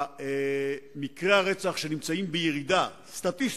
מקרי הרצח שנמצאים בירידה, סטטיסטית,